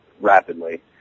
rapidly